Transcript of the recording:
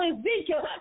Ezekiel